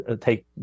take